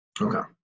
Okay